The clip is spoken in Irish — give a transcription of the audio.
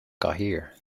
gcathaoir